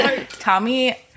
Tommy